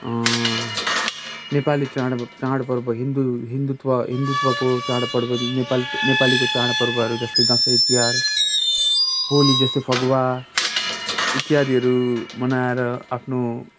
नेपाली चाड चाडपर्व हिन्दू हिन्दूत्व हिन्दूत्वको चाड पर्वहरू नेपाल नेपालीको चाडपर्वहरू जस्तै दसैँ तिहार होली जस्तो फगुवा इत्यादिहरू मनाएर आफ्नो